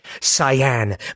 cyan